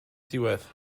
diwedd